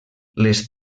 les